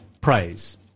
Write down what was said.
praise